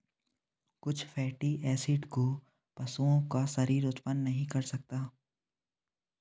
कुछ fatty acid को पशुओं का शरीर उत्पन्न नहीं कर सकता है